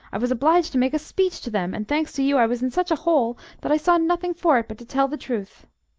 i was obliged to make a speech to them, and, thanks to you, i was in such a hole that i saw nothing for it but to tell the truth.